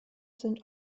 sind